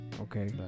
okay